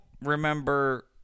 remember